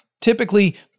Typically